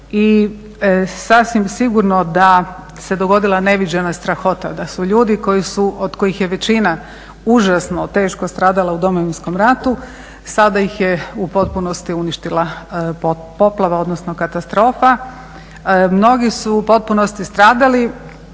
i sasvim sigurno da se dogodila neviđena strahota, da su ljudi koji su od kojih je većina užasno teško stradala u Domovinskom ratu, sada ih je u potpunosti uništila poplava odnosno katastrofa, mnogi su u potpunosti stradali,